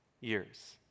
years